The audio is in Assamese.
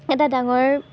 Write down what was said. এটা ডাঙৰ